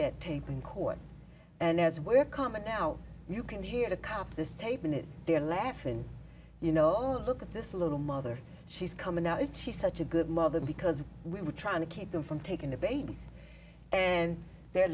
that tape in court and as we're coming out you can hear the cops this tape in it they're laughing you know i look at this little mother she's coming out is she such a good mother because we were trying to keep them from taking the baby and they're